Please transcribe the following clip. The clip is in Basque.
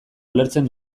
ulertzen